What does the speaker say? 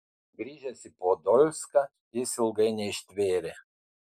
grįžęs į podolską jis ilgai neištvėrė